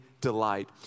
delight